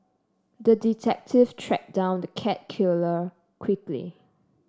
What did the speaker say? the detective tracked down the cat killer quickly